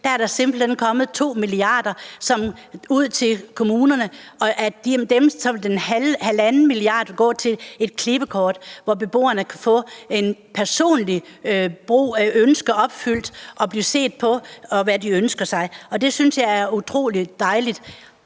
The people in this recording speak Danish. for 2017 simpelt hen er kommet 2 mia. kr. ud til kommunerne, og af dem vil 1,5 mia. kr. gå til et klippekort, så beboerne kan få personlige ønsker opfyldt; man vil se på, hvad de ønsker sig, og det synes jeg er utrolig dejligt.